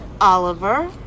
Oliver